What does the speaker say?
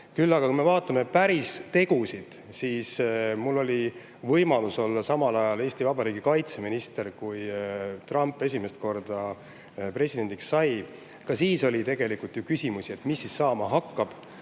Küll aga, kui me vaatame päris tegusid, siis mul oli võimalus olla samal ajal Eesti Vabariigi kaitseminister, kui Trump esimest korda presidendiks sai. Ka siis oli tegelikult ju küsimusi, mis saama hakkab,